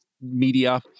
media